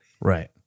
right